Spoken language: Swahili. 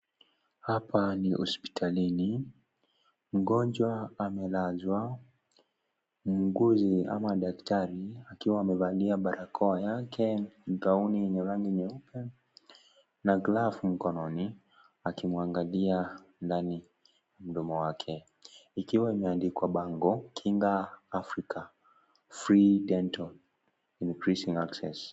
Hapa ni hospitalini mgonjwa amelazwa , muuguzi ama daktari akiwa amevalia barakoa yake, gowni ya rangi nyeupe na glavu mkononi akimwangalia ndani mdomo wake ikiwa imeandikwa bango kinga Afrika,(CS)free dental increasing access (CS).